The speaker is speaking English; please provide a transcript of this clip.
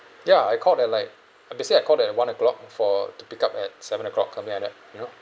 ya I called that like uh basically I called at one o'clock for to pick up at seven o'clock something like that you know